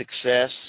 success